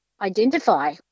identify